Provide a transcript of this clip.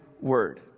word